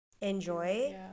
enjoy